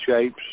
shapes